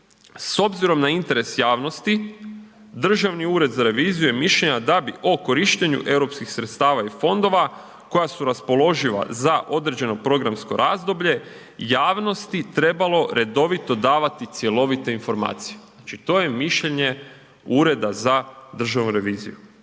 S obzirom na interesa javnosti Državni ured za reviziju je mišljenja da bi o korištenju eu sredstava i fondova koja su raspoloživa za određeno programsko razdoblje javnosti trebalo redovito davati cjelovite informacije. Znači to je mišljenje Ureda za državnu reviziju,